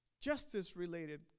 justice-related